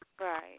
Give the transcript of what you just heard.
Right